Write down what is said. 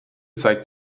zeigt